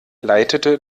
leitete